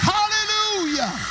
Hallelujah